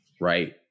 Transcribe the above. right